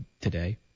today